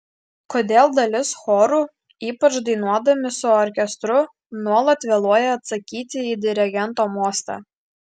kodėl dalis chorų ypač dainuodami su orkestru nuolat vėluoja atsakyti į dirigento mostą